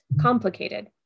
complicated